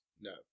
no